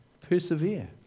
persevere